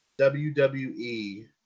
WWE